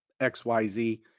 XYZ